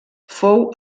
fou